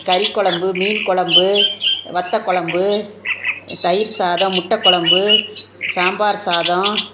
கறி கொழம்பு மீன் கொழம்பு வத்தல் கொழம்பு தயிர் சாதம் முட்டை கொழம்பு சாம்பார் சாதம்